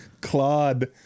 Claude